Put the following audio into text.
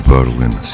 Berlin